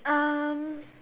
um